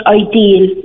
ideal